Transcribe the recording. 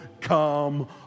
come